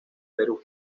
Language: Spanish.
perú